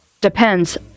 depends